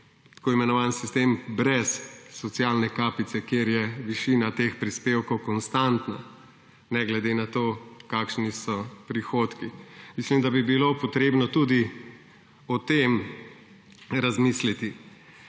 tako imenovani sistem brez socialne kapice, kjer je višina teh prispevkov konstantna, ne glede na to, kakšni so prihodki. Mislim, da bi bilo potrebno tudi o tem razmisliti.